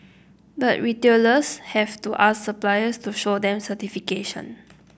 but retailers have to ask suppliers to show them certification